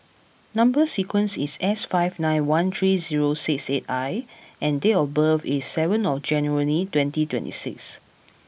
number sequence is S five nine one three zero six eight I and date of birth is seven of January twenty twenty six